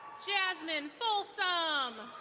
jasmine fullsome.